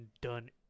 done